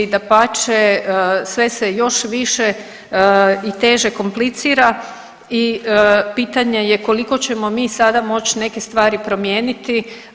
Dapače sve se još više i teže komplicira i pitanje je koliko ćemo mi sada moći neke stvari promijeniti.